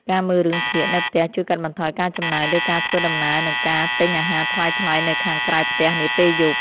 ការមើលរឿងភាគនៅផ្ទះជួយកាត់បន្ថយការចំណាយលើការធ្វើដំណើរនិងការទិញអាហារថ្លៃៗនៅខាងក្រៅផ្ទះនាពេលយប់។